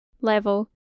level